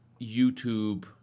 YouTube